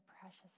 precious